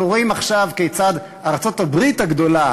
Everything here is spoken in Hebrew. אנחנו רואים עכשיו כיצד ארצות-הברית הגדולה,